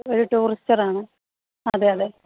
ഒരു ടൂറിസ്റ്ററാണ് അതെ അതെ